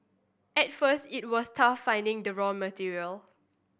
at first it was tough finding the raw material